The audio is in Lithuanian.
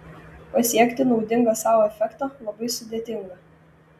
pasiekti naudingą sau efektą labai sudėtinga